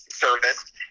service